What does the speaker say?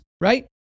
right